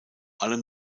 allem